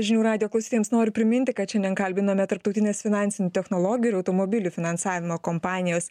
žinių radijo klausytojams noriu priminti kad šiandien kalbiname tarptautinės finansinių technologijų ir automobilių finansavimo kompanijos